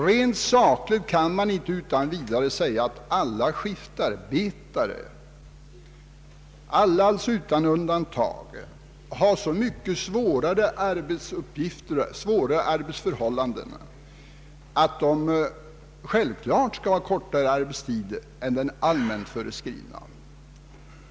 Rent sakligt kan man inte utan vidare påstå, att alla skiftarbetare utan undantag har så mycket svårare arbetsförhållanden att de självklart skall ha kortare arbetstid än den allmänt föreskrivna.